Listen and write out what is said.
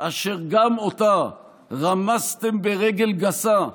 אשר גם אותה רמסתם ברגל גסה,